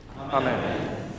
Amen